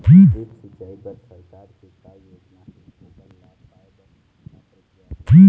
Drip सिचाई बर सरकार के का योजना हे ओकर लाभ पाय बर का प्रक्रिया हे?